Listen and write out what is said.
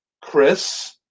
chris